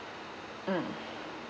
mm